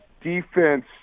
defense